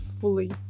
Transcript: fully